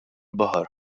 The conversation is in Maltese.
baħar